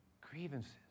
grievances